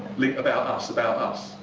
link about us about us.